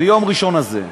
ביום ראשון הזה.